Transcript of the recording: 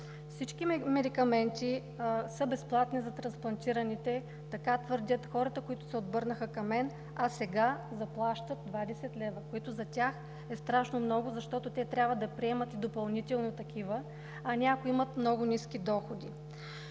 Всички медикаменти са безплатни за трансплантираните – така твърдят хората, които се обърнаха към мен, а сега заплащат 20 лв., които за тях са страшно много, защото трябва да приемат и допълнително такива, а някои имат много ниски доходи.